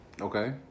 Okay